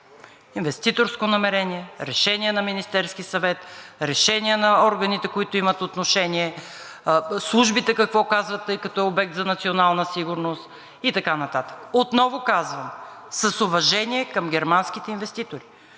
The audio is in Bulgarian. инвеститорско намерение, решения на Министерския съвет, решения на органите, които имат отношение, службите какво казват, тъй като е обект за национална сигурност и така нататък. Отново казвам с уважение към германските инвеститори